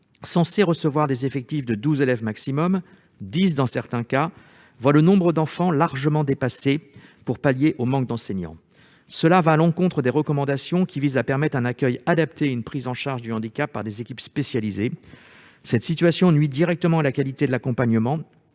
censées recevoir des effectifs de 12 élèves au maximum, voire 10 élèves dans certains cas, voient ce plafond largement dépassé pour pallier le manque d'enseignants. Cela va à l'encontre des recommandations, qui visent à aménager un accueil adapté et une prise en charge du handicap par des équipes spécialisées. Cette situation nuit directement à la qualité de l'accompagnement,